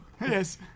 Yes